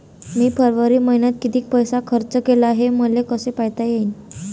मी फरवरी मईन्यात कितीक पैसा खर्च केला, हे मले कसे पायता येईल?